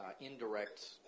indirect